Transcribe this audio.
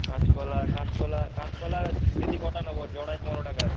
কাঁচকলা কাঁচকলা কাঁচকলা দিদি কটা নেব জোড়ায় পনেরো টাকা আছে